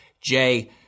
Jay